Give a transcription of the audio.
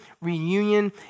reunion